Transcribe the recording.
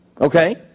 Okay